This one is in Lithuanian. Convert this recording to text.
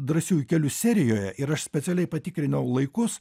drąsiųjų kelių serijoje ir aš specialiai patikrinau laikus